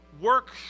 Work